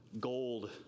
gold